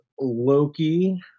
Loki